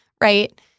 right